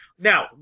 Now